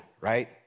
right